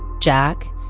jack,